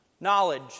knowledge